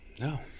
No